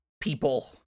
people